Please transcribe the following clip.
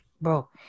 bro